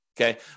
Okay